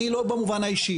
אני לא במובן האישי,